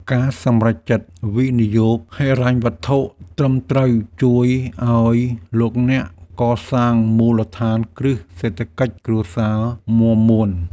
ការសម្រេចចិត្តវិនិយោគហិរញ្ញវត្ថុត្រឹមត្រូវជួយឱ្យលោកអ្នកកសាងមូលដ្ឋានគ្រឹះសេដ្ឋកិច្ចគ្រួសារមាំមួន។